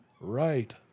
right